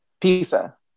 Pizza